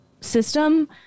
system